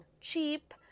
cheap